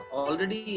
already